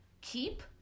keep